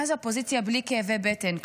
מה זה אופוזיציה בלי כאבי בטן,